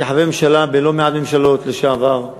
כחבר בלא-מעט ממשלות לשעבר,